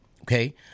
okay